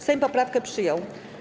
Sejm poprawkę przyjął.